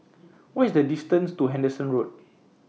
What IS The distance to Henderson Road